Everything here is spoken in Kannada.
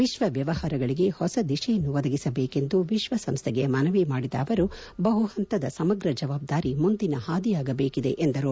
ವಿಶ್ವ ವ್ಯವಹಾರಗಳಿಗೆ ಹೊಸ ದಿಶೆಯನ್ನು ಒದಗಿಸಬೇಕೆಂದು ವಿಶ್ವ ಸಂಸ್ಥೆಗೆ ಮನವಿ ಮಾಡಿದ ಅವರು ಬಹುಹಂತದ ಮತ್ತು ಸಮಗ್ರ ಜವಾಬ್ಗಾರಿ ಮುಂದಿನ ಹಾದಿಯಾಗಬೇಕಾಗಿದೆ ಎಂದರು